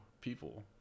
people